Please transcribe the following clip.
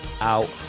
out